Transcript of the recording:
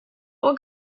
would